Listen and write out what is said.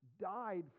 died